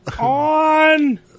on